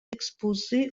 exposé